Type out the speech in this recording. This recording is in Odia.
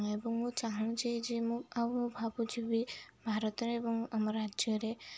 ଏବଂ ମୁଁ ଚାହୁଁଛି ଯେ ମୁଁ ଆଉ ମୁଁ ଭାବୁଛି ବି ଭାରତରେ ଏବଂ ଆମ ରାଜ୍ୟରେ